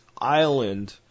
island